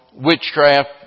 witchcraft